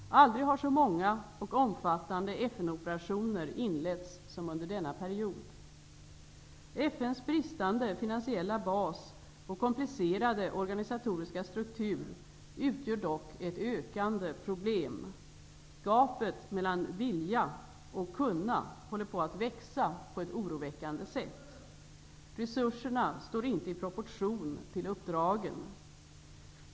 Aldrig har så många och omfattande FN-operationer inletts som under denna period. FN:s bristande finansiella bas och komplicerade organisatoriska struktur utgör dock ett ökande problem. Gapet mellan ''vilja'' och ''kunna'' håller på att växa på ett oroväckande sätt. Resurserna står inte i proportion till uppdragen.